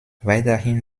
weiterhin